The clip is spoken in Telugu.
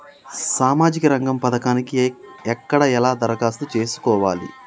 సామాజిక రంగం పథకానికి ఎక్కడ ఎలా దరఖాస్తు చేసుకోవాలి?